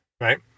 right